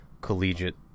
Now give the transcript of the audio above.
collegiate